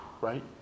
right